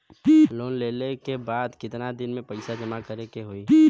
Loan लेले के बाद कितना दिन में पैसा जमा करे के होई?